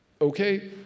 Okay